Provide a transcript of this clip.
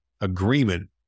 agreement